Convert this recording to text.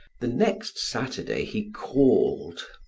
the next saturday he called.